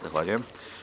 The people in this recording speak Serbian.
Zahvaljujem.